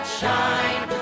shine